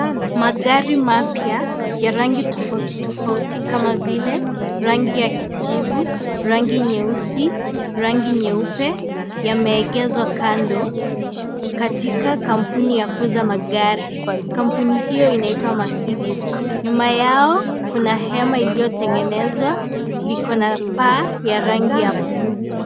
Magari mapya ya rangi tofauti tofauti kama vile rangi ya kijivu, rangi nyeusi, rangi nyeupe yameegezwa kando katika kampuni ya kuuza magari. Kampuni hiyo inaitwa " Mercedes". Nyuma yao kuna hema iliyotengenezwa, liko na paa la rangi ya buluu.